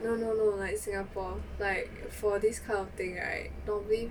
no no no like singapore like for this kind of thing right normally